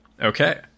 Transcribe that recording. Okay